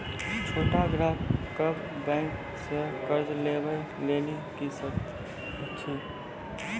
छोट ग्राहक कअ बैंक सऽ कर्ज लेवाक लेल की सर्त अछि?